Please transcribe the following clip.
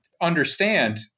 understand